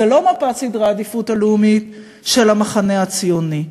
זו לא מפת סדרי העדיפות הלאומית של המחנה הציוני.